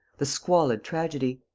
the squalid tragedy.